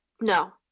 No